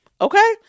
Okay